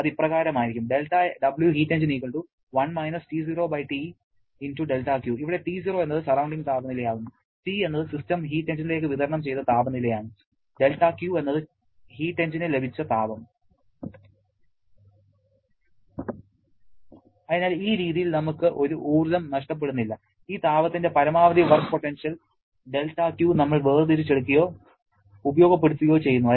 അത് ഇപ്രകാരമായിരിക്കും ഇവിടെ T0 എന്നത് സറൌണ്ടിങ് താപനില ആകുന്നു T എന്നത് സിസ്റ്റം ഹീറ്റ് എഞ്ചിനിലേക്ക് വിതരണം ചെയ്ത താപനിലയാണ് δQ എന്നത് ഹീറ്റ് എഞ്ചിന് ലഭിച്ച താപം അതിനാൽ ഈ രീതിയിൽ നമുക്ക് ഒരു ഊർജ്ജം നഷ്ടപ്പെടുന്നില്ല ഈ താപത്തിന്റെ പരമാവധി വർക്ക് പൊട്ടൻഷ്യൽ δQ നമ്മൾ വേർതിരിച്ചെടുക്കുകയോ ഉപയോഗപ്പെടുത്തുകയോ ചെയ്യുന്നു